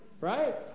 Right